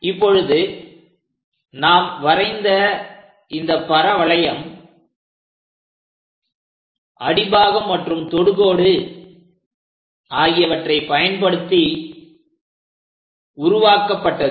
இப்பொழுது நாம் வரைந்த இந்த பரவளையம் அடிப்பாகம் மற்றும் தொடுகோடு ஆகியவற்றை பயன்படுத்தி உருவாக்கப்பட்டது